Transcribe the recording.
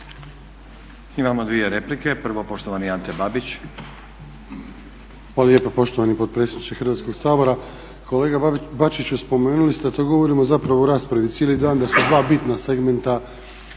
Imamo dvije replike. Prvo poštovani Ante Babić.